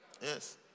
Yes